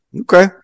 Okay